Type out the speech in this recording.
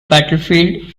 battlefield